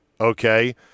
Okay